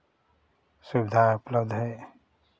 सुविधा उपलब्ध है